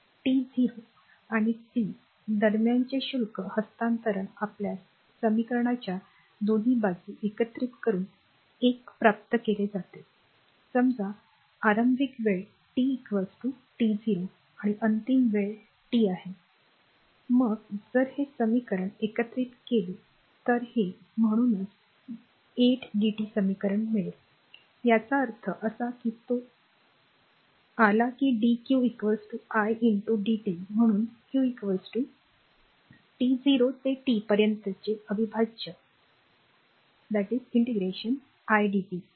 T 0 आणि T दरम्यानचे शुल्क हस्तांतरण आपल्यास समीकरणाच्या दोन्ही बाजू एकत्रित करून १ प्राप्त केले जाते समजा आरंभिक वेळी टी टी0 आणि अंतिम वेळ टी आहे मग जर हे समीकरण एकत्रित केले तर हे म्हणूनच 8dt समीकरण मिळाले याचा अर्थ असा की तो आला की डीक्यू आय डी टी म्हणून क्यू टी 0 ते टी पर्यंतचे अविभाज्य नंतर आय डी टी